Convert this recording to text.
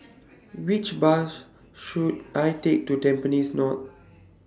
Which Bus should I Take to Tampines North